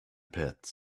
pits